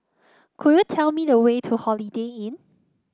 could you tell me the way to Holiday Inn